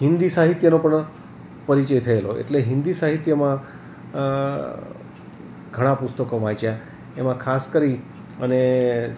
હિન્દી સાહિત્યનો પણ પરિચય થયેલો એટલે હિન્દી સાહિત્યમાં ઘણાં પુસ્તકો વાંચ્યાં એમાં ખાસ કરી અને